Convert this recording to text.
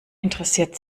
interessiert